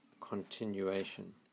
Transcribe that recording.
continuation